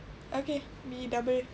okay me double